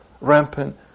rampant